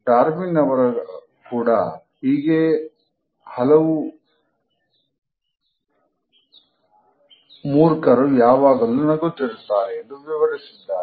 Darwin ಅವರು ಕೂಡ ಹೇಗೆ ಹಲವು ಮೂರ್ಖರು ಯಾವಾಗಲೂ ನಗುತ್ತಿರುತ್ತಾರೆ ಎಂದು ವಿವರಿಸಿದ್ದಾರೆ